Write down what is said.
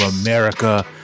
america